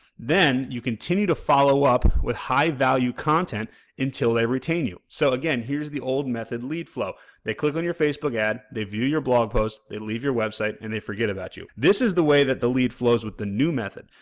then you continue to follow up with high-value content until they retain you. so again, here's the old method lead flow they click on your facebook ad, they view your blog post, they leave your website and they forget about you. this is the way that the lead flows with the new method.